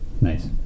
Nice